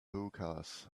hookahs